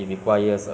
with ah